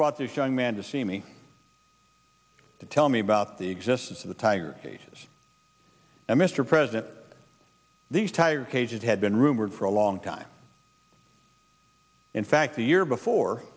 brought this young man to see me to tell me about the existence of the tiger cages and mr president these tire cages had been rumored for a long time in fact the year before